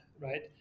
right